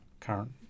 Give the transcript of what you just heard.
current